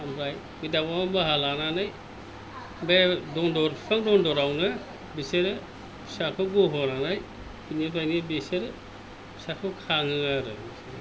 आमफ्राय बे दावाङा बासा लानानै बे दनदर बिफां दन्दरावनो बिसोरो फिसाखौ गहोनानै बिनिफ्रायनो बिसोरो फिसाखौ खाङो आरो